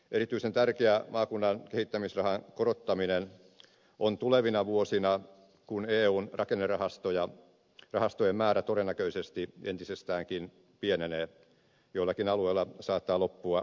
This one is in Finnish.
erityisen tärkeä maakunnan kehittämisrahan korottaminen on tulevina vuosina kun eun rakennerahastojen määrä todennäköisesti entisestäänkin pienenee joillakin alueilla saattaa loppua kokonaankin